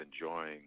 enjoying